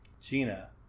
Gina